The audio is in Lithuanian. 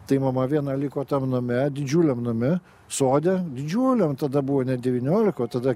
tai mama viena liko tam name didžiuliam name sode didžiuliam tada buvo ne devyniolika o tada